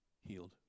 healed